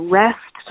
rest